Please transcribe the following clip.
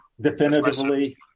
Definitively